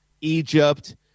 Egypt